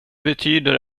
betyder